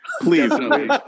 Please